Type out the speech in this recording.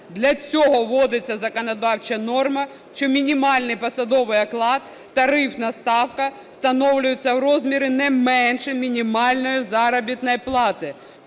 Для цього вводиться законодавча норма, що мінімальний посадовий оклад, тарифна ставка встановлюється в розмірі не менше мінімальної заробітної плати,